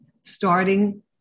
starting